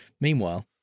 Meanwhile